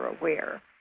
aware